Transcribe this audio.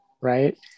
right